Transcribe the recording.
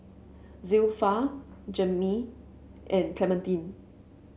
Zilpha Jaimie and Clementine